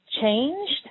changed